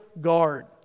guard